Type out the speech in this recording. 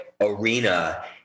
arena